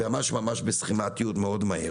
ממש בסכמתיות ומאוד מהר: